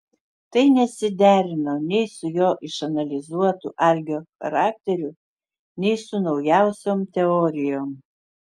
tai nesiderino nei su jo išanalizuotu algio charakteriu nei su naujausiom teorijom